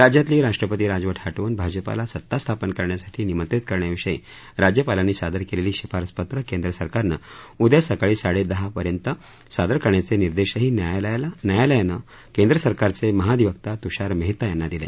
राज्यातली राष्ट्रपती राजव ह वून भाजपाला सत्ता स्थापन करण्यासाठी निमंत्रित करण्याविषयी राज्यपालांनी सादर केलेली शिफारसपत्रं केंद्र सरकारनं उद्या सकाळी साडेदहा वाजेपर्यंत सादर करण्याचे निर्देशही न्यायालयानं केंद्र सरकारचे महाधिवक्ता तुषार मेहता यांना दिले